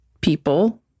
people